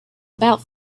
about